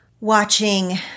watching